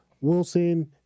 Wilson